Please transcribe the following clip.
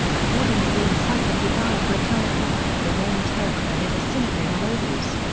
according to the encyclopaedia britannica, the name turkmen is a synonym of oghuz.